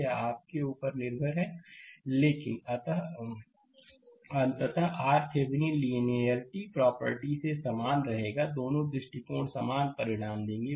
यह आप पर निर्भर है लेकिन अंततःRThevenin लिनियेरिटी प्रॉपर्टी से समान रहेगा दोनों दृष्टिकोण समान परिणाम देते हैं